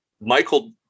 Michael